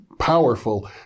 powerful